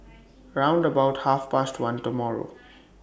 round about Half Past one tomorrow